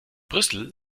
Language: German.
brüssel